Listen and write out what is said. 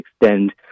extend